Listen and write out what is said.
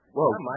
Whoa